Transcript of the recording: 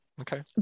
okay